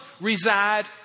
reside